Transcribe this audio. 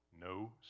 no